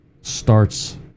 starts